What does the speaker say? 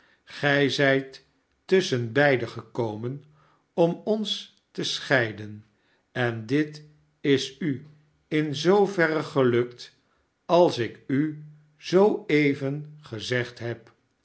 gij zijt tusschen beide gekomen om ons te scheiden en dit is u in zooverre gelukt als ik u zoo even gezegd heb